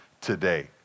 today